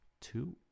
two